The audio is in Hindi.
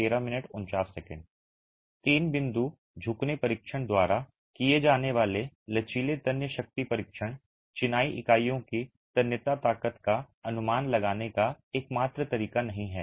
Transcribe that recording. तीन बिंदु झुकने परीक्षण द्वारा किए जाने वाले लचीले तन्य शक्ति परीक्षण चिनाई इकाइयों की तन्यता ताकत का अनुमान लगाने का एकमात्र तरीका नहीं है